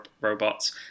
robots